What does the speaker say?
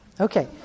Okay